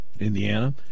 Indiana